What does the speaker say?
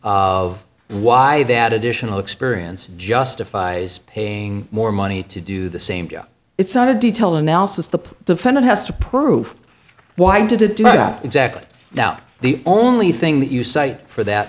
of why that additional experience justifies paying more money to do the same it's not a detail analysis the defendant has to prove why did you make up exactly now the only thing that you cite for that